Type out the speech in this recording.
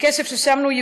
זה כסף ששמנו,